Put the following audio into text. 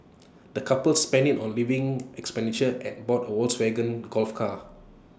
the couple spent IT on living expenditure and bought A Volkswagen golf car